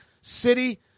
city